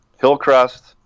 Hillcrest